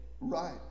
Right